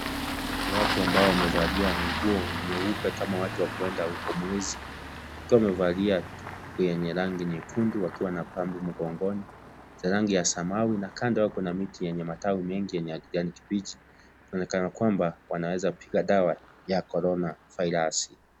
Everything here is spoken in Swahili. Watu ambao wamevalia nguo nyeupe kama watu wakuenda kwa mwezi, wakiwa wamevalia kitu yenye rangi nyekundu wakiwa na pampu mgongoni za rangi ya samawi na kando kuna miti yenye matawi mengi yenye ya kijani kibichi inaonekana kwamba wanaweza piga dawa ya Corona - Virus .